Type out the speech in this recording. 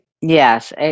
Yes